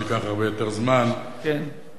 זה ייקח הרבה יותר זמן, וחבל.